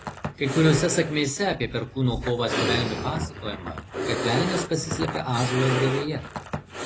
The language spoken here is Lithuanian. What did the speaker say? kai kuriose sakmėse apie perkūno kovą su velniu pasakojama kad velnias pasislepia ąžuolo drevėje